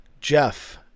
Jeff